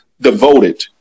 devoted